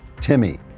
Timmy